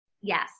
Yes